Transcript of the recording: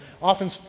Often